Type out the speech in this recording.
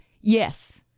Yes